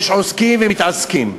יש עוסקים ומתעסקים.